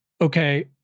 okay